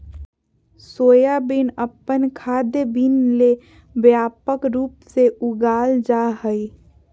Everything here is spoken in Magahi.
सोयाबीन अपन खाद्य बीन ले व्यापक रूप से उगाल जा हइ